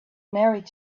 married